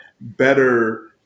better